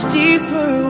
deeper